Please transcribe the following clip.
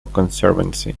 conservancy